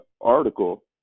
article